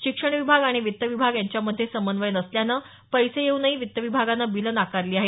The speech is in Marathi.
शिक्षण विभाग आणि वित्त विभाग यांच्यामध्ये समन्वय नसल्यानं पैसे येऊनही वित्त विभागानं बिलं नाकारली आहेत